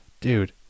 Dude